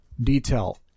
detail